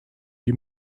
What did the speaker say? die